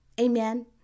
Amen